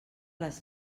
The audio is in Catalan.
les